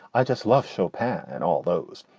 i just love chopin and all those.